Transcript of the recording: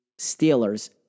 Steelers